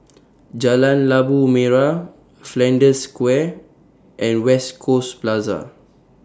Jalan Labu Merah Flanders Square and West Coast Plaza